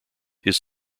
his